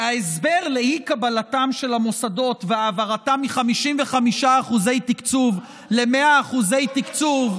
וההסבר לאי-קבלתם של המוסדות והעברתם מ-55% תקצוב ל-100% תקצוב,